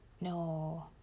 No